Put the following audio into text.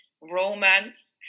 romance